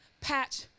patch